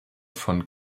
von